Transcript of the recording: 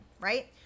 right